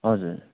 हजुर